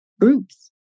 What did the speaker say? groups